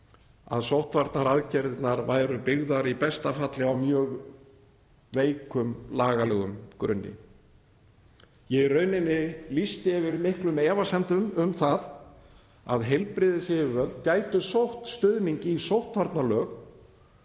að sóttvarnaaðgerðirnar væru í besta falli byggðar á mjög veikum lagalegum grunni. Ég lýsti yfir miklum efasemdum um það að heilbrigðisyfirvöld gætu sótt stuðning í sóttvarnalög